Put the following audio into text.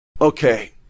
Okay